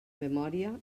memòria